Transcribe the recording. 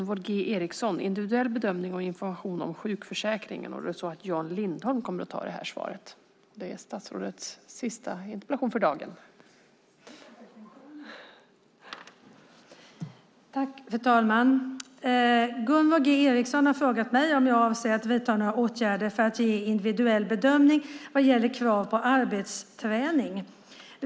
Fru talman! Gunvor G Ericson har frågat mig om jag avser att vidta några åtgärder för att ge individuell bedömning vad gäller krav på arbetsträning.